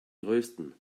größten